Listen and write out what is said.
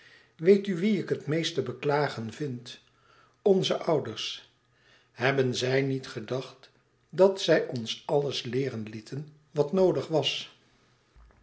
weet u wie ik het meest te beklagen vind onze ouders hebben zij niet gedacht dat zij ons alles leeren lieten wat noodig was